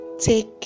take